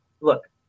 look